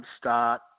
start